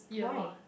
why